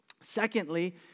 Secondly